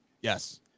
Yes